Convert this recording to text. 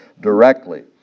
directly